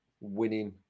winning